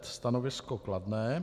Stanovisko kladné.